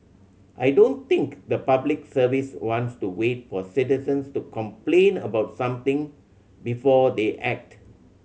I don't think the Public Service wants to wait for citizens to complain about something before they act